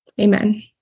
Amen